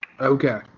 Okay